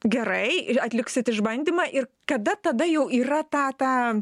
gerai atliksit išbandymą ir kada tada jau yra ta ta